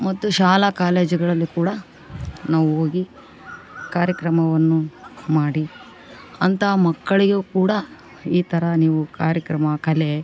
ಮತ್ತು ಶಾಲಾ ಕಾಲೇಜುಗಳಲ್ಲಿ ಕೂಡ ನಾವು ಹೋಗಿ ಕಾರ್ಯಕ್ರಮವನ್ನು ಮಾಡಿ ಅಂಥ ಮಕ್ಕಳಿಗೆ ಕೂಡ ಈ ತರ ನೀವು ಕಾರ್ಯಕ್ರಮ ಕಲೆ